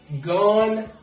Gone